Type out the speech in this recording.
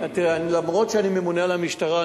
אומנם אני ממונה על המשטרה,